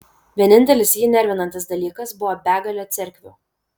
vienintelis jį nervinantis dalykas buvo begalė cerkvių